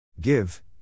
Give